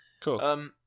Cool